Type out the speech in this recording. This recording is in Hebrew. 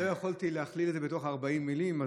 לא יכולתי להכליל את זה בתוך ה-40 מילים.